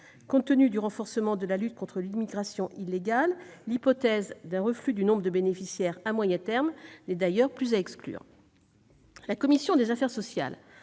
Compte tenu du renforcement de la lutte contre l'immigration illégale, l'hypothèse d'un reflux du nombre de bénéficiaires à moyen terme n'est d'ailleurs plus à exclure. La commission des affaires sociales